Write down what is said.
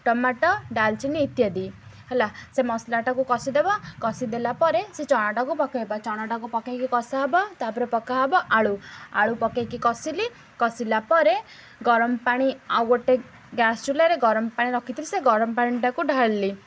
tomato ଡାଳଚିନି ଇତ୍ୟାଦି ହେଲା ସେ ମସଲାଟାକୁ କଷିଦବ କଷି ଦେଲା ପରେ ସେ ଚଣାଟାକୁ ପକେଇବ ଚଣାଟାକୁ ପକେଇକି କଷାହବ ତା'ପରେ ପକାହବ ଆଳୁ ଆଳୁ ପକେଇକି କସିଲି କସିଲା ପରେ ଗରମ ପାଣି ଆଉ ଗୋଟେ ଗ୍ୟାସ୍ ଚୁଲାରେ ଗରମ ପାଣି ରଖିଥିଲି ସେ ଗରମ ପାଣିଟାକୁ ଢାଳଲି